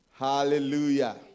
Hallelujah